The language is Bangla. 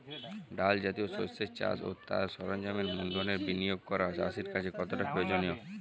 ডাল জাতীয় শস্যের চাষ ও তার সরঞ্জামের মূলধনের বিনিয়োগ করা চাষীর কাছে কতটা প্রয়োজনীয়?